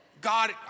God